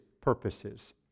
purposes